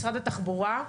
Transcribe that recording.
משרד התחבורה.